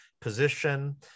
position